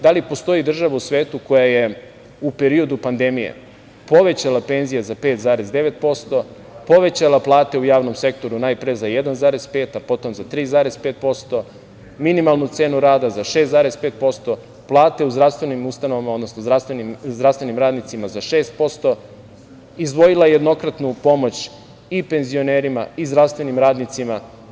Da li postoji država u svetu koja je u periodu pandemije povećala penzije za 5,9%, povećala plate u javnom sektoru najpre za 1,5% a potom za 3,5%, minimalnu cenu rada za 6,5%, plate u zdravstvenim ustanovama odnosno zdravstvenim radnicima za 6%, izdvojila jednokratnu pomoć i penzionerima i zdravstvenim radnicima?